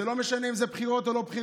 זה לא משנה אם זה בחירות או לא בחירות,